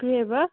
ꯀꯔꯤ ꯍꯥꯏꯕ